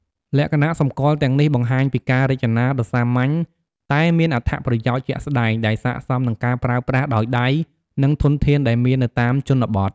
លក្ខណៈសម្គាល់ទាំងនេះបង្ហាញពីការរចនាដ៏សាមញ្ញតែមានអត្ថប្រយោជន៍ជាក់ស្តែង ដែលស័ក្តិសមនឹងការប្រើប្រាស់ដោយដៃ និងធនធានដែលមាននៅតាមជនបទ។